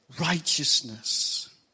Righteousness